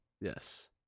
Yes